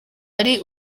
ari